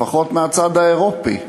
לפחות מהצד האירופי,